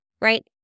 right